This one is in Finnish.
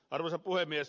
arvoisa puhemies